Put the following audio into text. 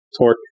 torque